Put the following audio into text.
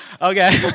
Okay